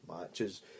matches